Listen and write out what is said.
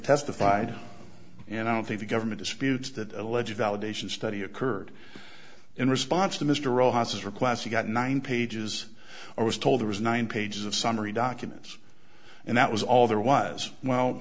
testified and i don't think the government disputes that alleged validation study occurred in response to mr all houses requests he got nine pages i was told it was nine pages of summary documents and that was all there was well